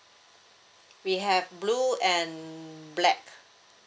we have blue and black